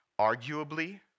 arguably